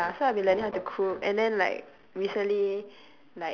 ya so I have been learning how to cook and then like recently